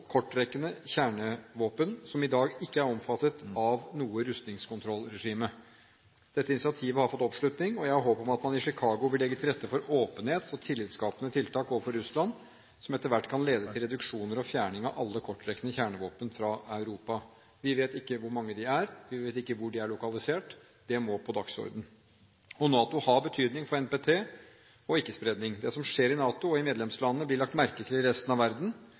kjernevåpen som i dag ikke er omfattet av noe rustningskontrollregime. Dette initiativet har fått oppslutning, og jeg har håp om at man i Chicago vil legge til rette for åpenhet og tillitskapende tiltak overfor Russland, som etter hvert kan lede til reduksjoner og fjerning av alle kortrekkende kjernevåpen fra Europa. Vi vet ikke hvor mange de er, og vi vet ikke hvor de er lokalisert. Det må på dagsordenen. NATO har betydning for NPT og ikke-spredning. Det som skjer i NATO og i medlemslandene, blir lagt merke til i resten av verden